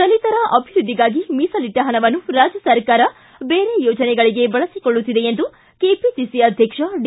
ದಲಿತರ ಅಭಿವೃದ್ದಿಗಾಗಿ ಮೀಸಲಿಟ್ಟ ಹಣವನ್ನು ರಾಜ್ಯ ಸರ್ಕಾರ ಬೇರೆ ಯೋಜನೆಗಳಿಗೆ ಬಳಬಿಕೊಳ್ಳುತ್ತಿದೆ ಎಂದು ಕೆಪಿಸಿಸಿ ಅಧ್ಯಕ್ಷ ಡಿ